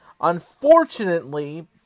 Unfortunately